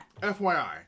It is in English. FYI